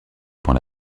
prend